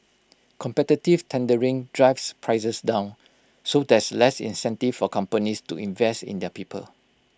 competitive tendering drives prices down so there's less incentive for companies to invest in their people